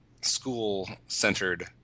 School-Centered